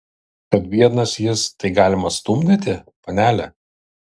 kad biednas jis tai galima stumdyti panele